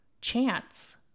chance